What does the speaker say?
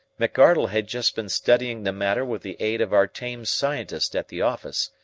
mcardle had just been studying the matter with the aid of our tame scientist at the office,